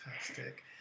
Fantastic